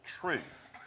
truth